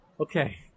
Okay